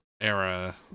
era